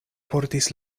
portis